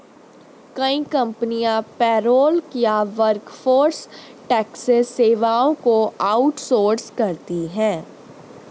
कई कंपनियां पेरोल या वर्कफोर्स टैक्स सेवाओं को आउट सोर्स करती है